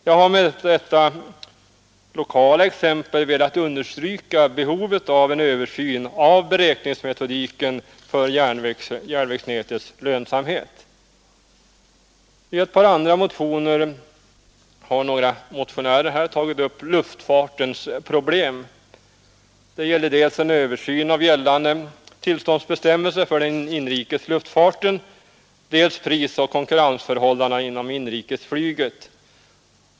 Jag har med detta lokala exempel velat understryka behovet av en översyn av beräkningsmetodiken för järnvägsnätets lönsamhet. I ett par motioner har luftfartens problem tagits upp. Det gäller dels en översyn av nuvarande tillståndsbestämmelser för den inrikes luftfarten, dels prisoch konkurrensförhållandena inom inrikesflyget.